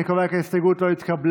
אני קובע כי ההסתייגות לא התקבלה.